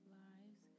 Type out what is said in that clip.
lives